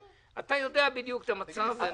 אתה יודע בדיוק את המצב.